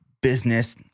business